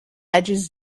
edges